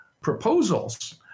proposals